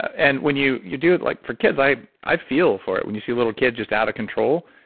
and when you you do it like for kids, i i feel for it when you see a little kid just out of control,